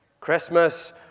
Christmas